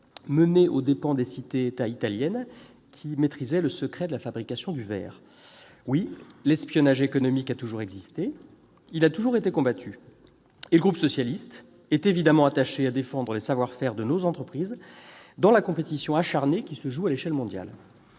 mené aux dépens des cités-États italiennes, qui maîtrisaient le secret de la fabrication du verre ... Oui, l'espionnage industriel a toujours existé, il a toujours été combattu, et le groupe socialiste et républicain est évidemment attaché à défendre les savoir-faire de nos entreprises dans la compétition acharnée qui se joue à l'échelle mondiale.